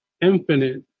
infinite